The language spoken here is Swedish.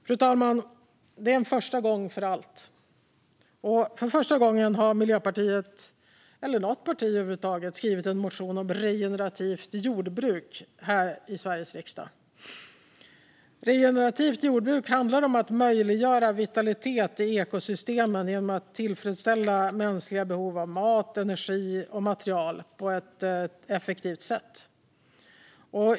Fru talman! Det finns en första gång för allt. För första gången har Miljöpartiet, eller ett parti över huvud taget, skrivit en motion om regenerativt jordbruk här i Sveriges riksdag. Regenerativt jordbruk handlar om att möjliggöra vitalitet i ekosystemen genom att tillfredsställa mänskliga behov av mat, energi och material på ett effektivt sätt.